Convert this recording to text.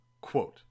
Quote